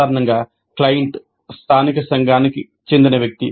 సాధారణంగా క్లయింట్ స్థానిక సంఘానికి చెందిన వ్యక్తి